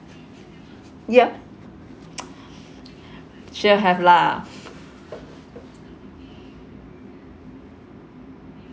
ya sure have lah